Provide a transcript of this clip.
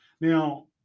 Now